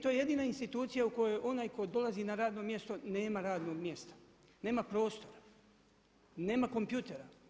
To je jedina institucija u kojoj onaj tko dolazi na radno mjesto nema radno mjesto, nema prostor, nema kompjutera.